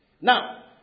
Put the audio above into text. Now